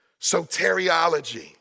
soteriology